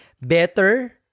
better